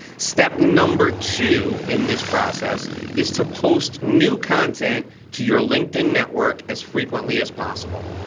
step number two in this process is to post new content to your linkedin network as frequently as possible.